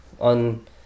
on